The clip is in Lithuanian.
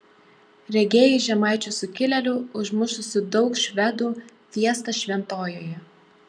regėjai žemaičių sukilėlių užmušusių daug švedų fiestą šventojoje